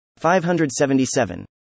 577